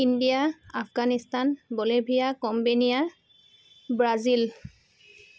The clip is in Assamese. ইণ্ডিয়া আফগানিস্তান বলেভিয়া কম্বেনিয়া ব্ৰাজিল